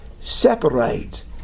separates